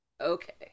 Okay